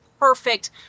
perfect